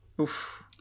Oof